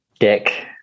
Dick